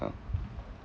um